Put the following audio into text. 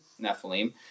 Nephilim